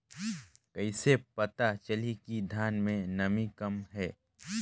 कइसे पता चलही कि धान मे नमी कम हे?